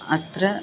अत्र